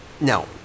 No